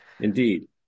Indeed